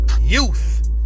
Youth